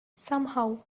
somehow